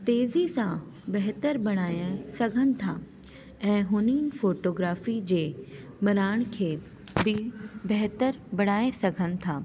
तेज़ी सां बहितर बणाइण सघनि था ऐं हुननि फ़ोटोग्राफ़ी जे बणाइण खे वधीक बहितर बणाए सघनि था